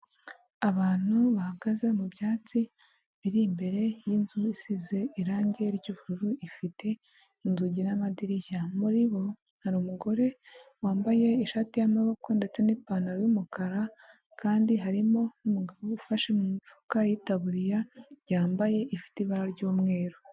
Abantu bahagaze mu byatsi, biri imbere y'inzu isize irangi ry'ubururu ifite inzugi n'amadirishya, muri bo hari umugore wambaye ishati y'amaboko ndetse n'ipantaro y' umukara kandi harimo n'umugabo ufashe mu mifuka y' itaburiya yambaye ifite ibara ry'umweru.